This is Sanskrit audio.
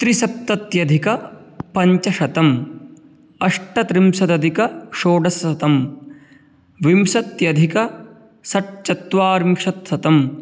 त्रिसप्तत्यधिकपञ्चशतम् अष्टत्रिंशदधिकषोडशशतं विंशत्यधिकषड्चत्वारिंशत् शतं